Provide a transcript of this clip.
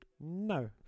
No